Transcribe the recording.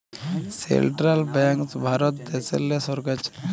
central banks Bharat দ্যাশেল্লে সরকার চালায়